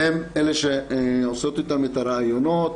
והן אלה שעושות איתן את הראיונות,